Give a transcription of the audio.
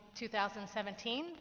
2017